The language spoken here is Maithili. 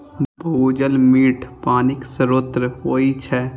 भूजल मीठ पानिक स्रोत होइ छै